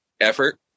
effort